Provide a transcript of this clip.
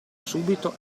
subito